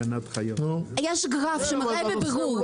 יש גרף שמראה בבירור.